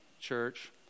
church